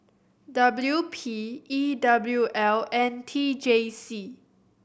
W P E W L and T J C